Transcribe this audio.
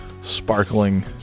sparkling